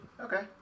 Okay